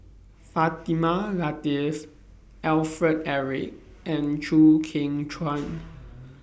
Fatimah Lateef Alfred Eric and Chew Kheng Chuan